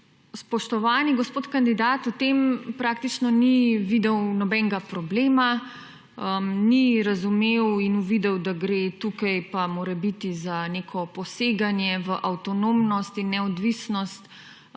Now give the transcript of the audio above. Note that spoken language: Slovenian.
Spoštovani gospod kandidat v tem praktično ni videl nobenega problema, ni razumel in uvidel, da gre tukaj pa morebiti za neko poseganje v avtonomnost in neodvisnost